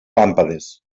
làmpades